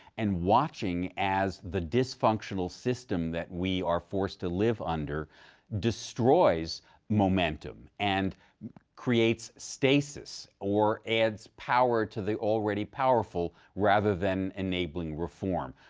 and watching as the dysfunctional system that we are forced to live under destroys momentum and creates stasis, or adds power to the already powerful, rather than enabling reform.